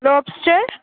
lobster